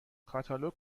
کاتالوگ